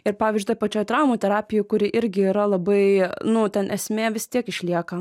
ir pavyzdžiui toj pačioj traumų terapijoj kuri irgi yra labai nu ten esmė vis tiek išlieka